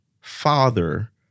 father